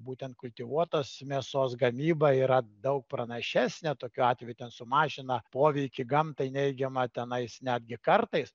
būtent kultivuotos mėsos gamyba yra daug pranašesnė tokiu atveju ten sumažina poveikį gamtai neigiamą tenais netgi kartais